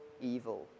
evil